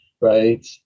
right